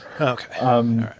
Okay